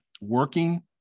working